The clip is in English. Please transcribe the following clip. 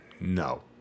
No